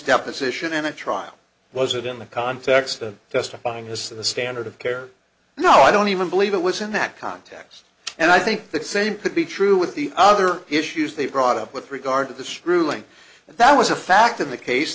deposition in a trial was it in the context of justifying his the standard of care no i don't even believe it was in that context and i think that same could be true with the other issues they've brought up with regard to the screwing that was a fact in the case